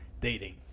dating